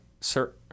sir